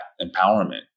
empowerment